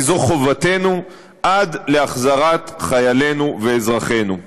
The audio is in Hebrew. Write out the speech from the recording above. כי זאת חובתנו עד להחזרת חיילינו ואזרחינו.